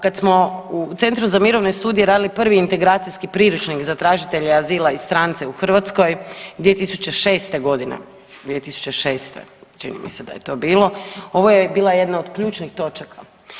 Kad smo u centru za mirovne studije radili prvi integracijski priručnik za tražitelje azila i strance u Hrvatskoj 2006. godine, 2006. čini mi se da je to bilo ovo je bila jedna od ključnih točaka.